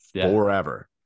forever